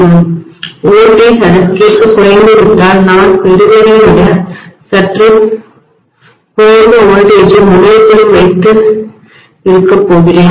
மின்னழுத்தம்வோல்டேஜ் அதற்கேற்ப குறைந்துவிட்டால் நான் பெறுவதை விட சற்று குறைந்த மின்னழுத்தத்தை வோல்டேஜைமுனையத்திலும் வைத்து இருக்கப் போகிறேன்